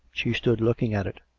she stood looking at it.